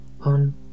on